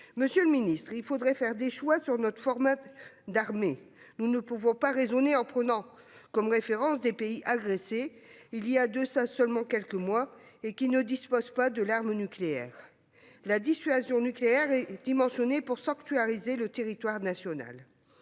Monsieur le ministre, il faudra faire des choix sur notre format d'armées. Nous ne pouvons pas raisonner en prenant comme référence des pays agressés voilà seulement quelques mois et qui ne disposent pas de l'arme nucléaire. La dissuasion nucléaire est dimensionnée pour sanctuariser le territoire national.